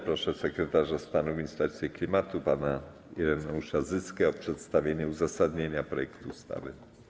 Proszą sekretarza stanu w Ministerstwie Klimatu pana Ireneusza Zyskę o przedstawienie uzasadnienia projektu ustawy.